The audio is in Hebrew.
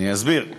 אני שומע אותך.